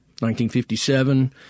1957